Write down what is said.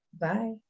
Bye